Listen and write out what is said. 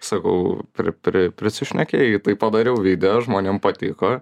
sakau pri pri prisišnekėjai tai padariau video žmonėm patiko